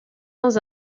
dans